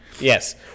Yes